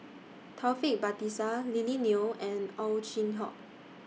Taufik Batisah Lily Neo and Ow Chin Hock